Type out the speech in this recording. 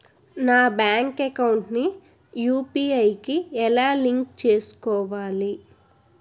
నా bank account ని UPI కి ఎలా లింక్ చేసుకోవాలి?